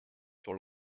sur